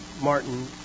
Martin